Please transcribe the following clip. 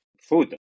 food